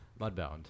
mudbound